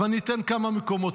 אבל אני אתן כמה מקומות.